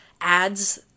ads